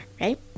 right